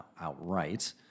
outright